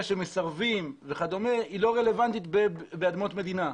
שמסרבים היא לא רלוונטית באדמות מדינה.